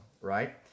right